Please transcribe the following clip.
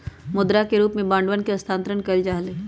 मुद्रा के रूप में बांडवन के स्थानांतरण कइल जा हलय